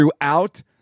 throughout